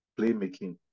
playmaking